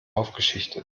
aufgeschichtet